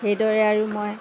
সেইদৰে আৰু মই